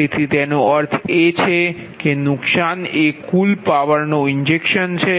તેથી તેનો અર્થ એ છે કે નુકસાન એ કુલ પાવરનો ઇન્જેક્શન છે